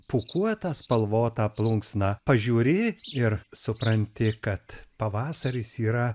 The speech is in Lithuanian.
pūkuota spalvota plunksna pažiūri ir supranti kad pavasaris yra